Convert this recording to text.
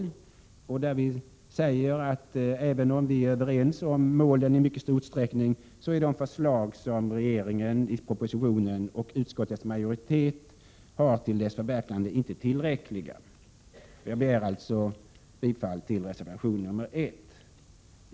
Vi säger, att även om vi i mycket stor utsträckning är överens med regeringen om målen för trafikpolitiken, anser vi att de förslag till förverkligande av dessa mål som regeringen lagt fram i sin proposition och som utskottets majoritet stöder inte är tillräckliga. Jag ber alltså att få yrka bifall till reservation 1.